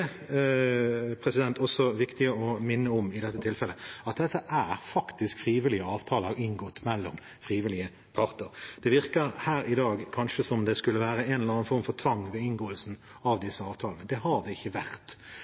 faktisk frivillige avtaler, inngått mellom frivillige parter. Det virker her i dag kanskje som om det skulle være en eller annen form for tvang ved inngåelsen av disse avtalene. Det har det ikke vært.